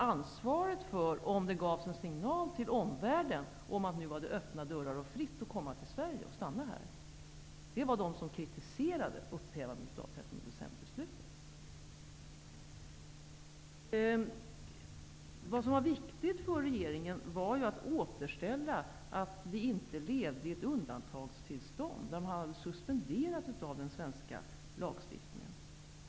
Ansvaret, om det nu gavs en signal till omvärlden om att det var öppna dörrar och fritt att komma till Sverige och stanna här, bär de som kritiserade upphävandet av 13 december-beslutet. Viktigt för regeringen var att återställa, så att man inte levde i ett undantagstillstånd suspenderat av den svenska lagstiftningen.